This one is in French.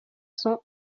cents